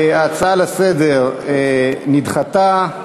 ההצעה לסדר-היום נדחתה.